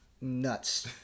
nuts